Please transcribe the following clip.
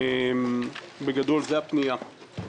בגדול, זו הפנייה.